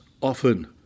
often